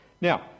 Now